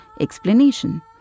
explanation